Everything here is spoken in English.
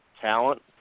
talent